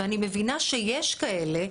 ואני מבינה שיש כאלה,